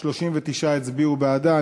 39 הצביעו בעדה.